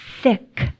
thick